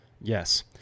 Yes